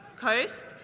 Coast